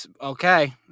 Okay